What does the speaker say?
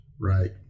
right